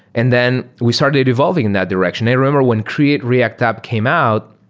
and then we started evolving in that direction. i remember when create react app came out,